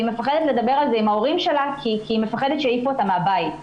היא מפחדת לדבר על זה עם ההורים שלה כי היא מפחדת שיעיפו אותה מהבית.